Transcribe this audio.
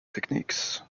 techniques